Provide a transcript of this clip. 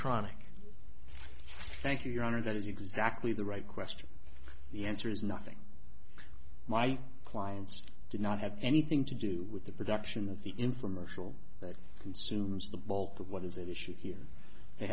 tronic thank you your honor that is exactly the right question the answer is nothing my clients did not have anything to do with the production of the informational consumes the bulk of what is an issue here they